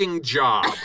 Job